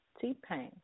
T-Pain